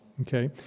okay